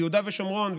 ביהודה ושומרון,